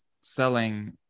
selling